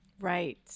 right